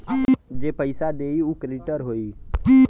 जे पइसा देई उ क्रेडिटर होई